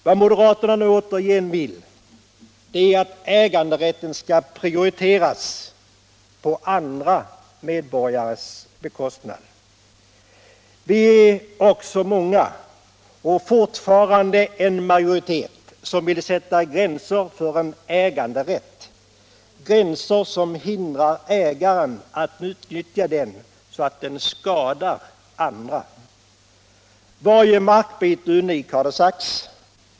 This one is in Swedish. Vad moderaterna nu återigen vill är att äganderätten för vissa kategorier skall prioriteras på andra medborgares bekostnad. Vi är också många, och fortfarande en majoritet, som vill sätta gränser för en äganderätt — gränser som hindrar ägaren att utnyttja den så att den skadar andra. Varje markbit är unik, har det sagts.